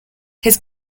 his